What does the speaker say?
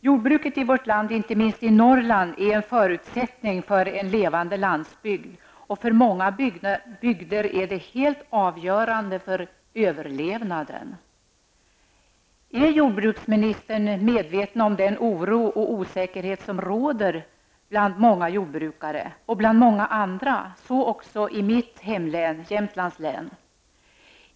Jordbruket i vårt land, inte minst i Norrland, är en förutsättning för en levande landsbygd, och för många bygder är det helt avgörande för överlevnaden. Är jordbruksministern medveten om den oro och den osäkerhet som råder bland många jordbrukare och bland många andra, så också i mitt hemlän, Jämtlands län?